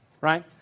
right